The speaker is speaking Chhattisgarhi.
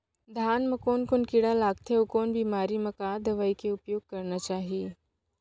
धान म कोन कोन कीड़ा लगथे अऊ कोन बेमारी म का दवई के उपयोग करना चाही?